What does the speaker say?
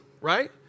right